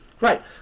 Right